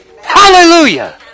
Hallelujah